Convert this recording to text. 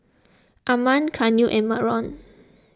Armand Carnell and Marion